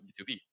B2B